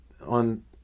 on